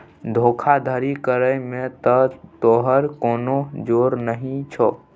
धोखाधड़ी करय मे त तोहर कोनो जोर नहि छौ